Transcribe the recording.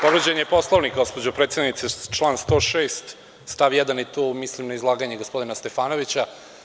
Povređen je Poslovnik, gospođo predsednice, član 106. stav 1. i tu mislim na izlaganje gospodina Stefanovića.